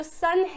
sun